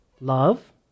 love